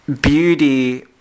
beauty